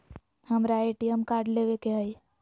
हमारा ATM card लेव के हई